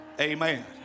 Amen